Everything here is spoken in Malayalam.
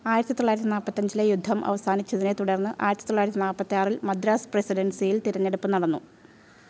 ആയിരത്തി തൊള്ളായിരത്തി നാൽപ്പത്തഞ്ചിലെ യുദ്ധം അവസാനിച്ചതിനെ തുടർന്ന് ആയിരത്തി തൊള്ളായിരത്തി നൽപ്പത്തി ആറിൽ മദ്രാസ് പ്രസിഡൻസിയിൽ തിരഞ്ഞെടുപ്പ് നടന്നു